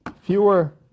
Fewer